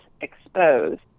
exposed